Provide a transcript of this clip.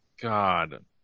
God